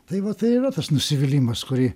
tai va tai yra tas nusivylimas kurį